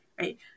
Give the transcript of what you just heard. right